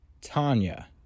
Tanya